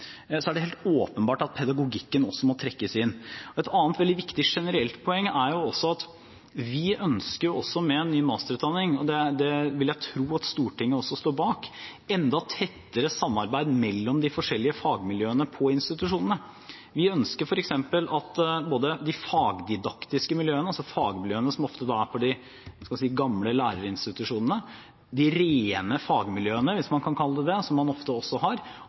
er det helt åpenbart at pedagogikken også må trekkes inn. Et annet veldig viktig generelt poeng er at vi ønsker også med en ny masterutdanning – og det vil jeg tro at Stortinget også står bak – enda tettere samarbeid mellom de forskjellige fagmiljøene på institusjonene. Vi ønsker f.eks. at både de fagdidaktiske miljøene, altså fagmiljøene som ofte er på de gamle læreinstitusjonene, de rene fagmiljøene, hvis man kan kalle det det, som man ofte også har,